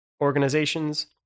organizations